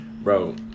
Bro